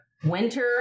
Winter